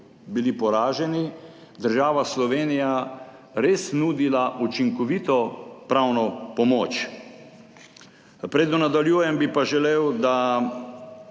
ESČP poraženi, država Slovenija res nudila učinkovito pravno pomoč. Preden nadaljujem, bi pa želel, da